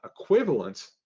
equivalent